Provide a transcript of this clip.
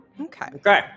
okay